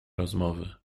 rozmowy